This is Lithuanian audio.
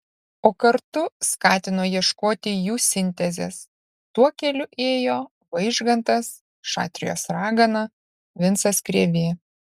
o kartu skatino ieškoti jų sintezės tuo keliu ėjo vaižgantas šatrijos ragana vincas krėvė